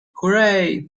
hooray